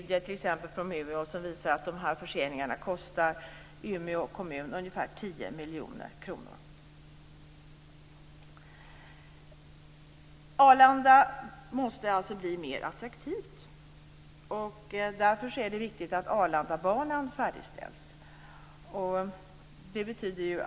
Dessa förseningar kostar t.ex. Umeå kommun ca 10 Arlanda måste alltså bli mer attraktivt. Därför är det viktigt att Arlandabanan färdigställs.